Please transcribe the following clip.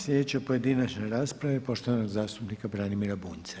Sljedeća pojedinačna rasprava je poštovanog zastupnika Branimira Bunjca.